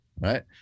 right